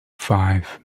five